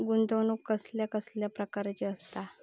गुंतवणूक कसल्या कसल्या प्रकाराची असता?